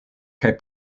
kaj